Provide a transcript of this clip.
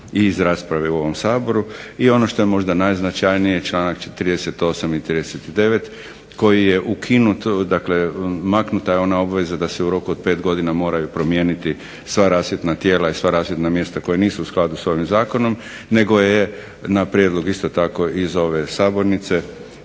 i iz rasprave u ovom Saboru, i ono što je možda najznačajnije članak 38. i 39. koji je ukinut, dakle maknuta je ona obveza da se u roku od 5 godina moraju promijeniti sva rasvjetna tijela i sva rasvjetna mjesta koja nisu u skladu s ovim zakonom, nego je na prijedlog isto tako iz ove sabornice